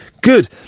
Good